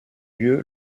lieu